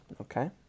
Okay